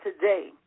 today